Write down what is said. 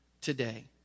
Today